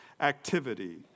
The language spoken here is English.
activity